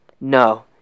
No